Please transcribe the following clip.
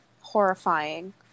horrifying